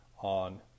on